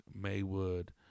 Maywood